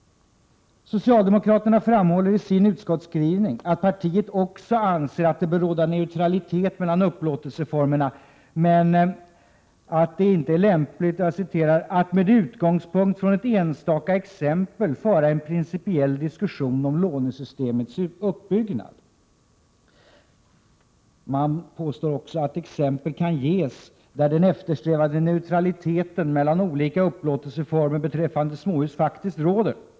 Socialdemokraterna framhåller i utskottsskrivningen att partiet också anser att det bör råda neutralitet mellan upplåtelseformerna men att det inte är lämpligt ”att med utgångspunkt från ett enstaka exempel föra en principiell diskussion om lånesystemets uppbyggnad”. Man påstår också att exempel kan ges, där den eftersträvade neutraliteten mellan olika upplåtelseformer beträffande småhus faktiskt råder.